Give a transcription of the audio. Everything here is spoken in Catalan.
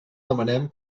demanem